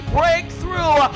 breakthrough